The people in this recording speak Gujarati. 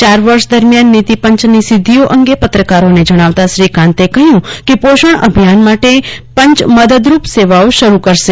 યાર વર્ષ દરમિયાન નીતિ પંચની સિધ્ધિઓ અંગે પત્રકાર પરિષદમાં શ્રી કાન્તે કહ્યું કે પોષણ અભિયાન માટે પંચ મદદરૂપ સેવાઓ શરુ કરી છે